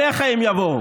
אליך הם יבואו.